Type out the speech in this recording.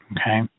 okay